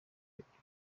iburyo